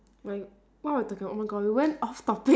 oh my god what were we talking oh my god we went off topic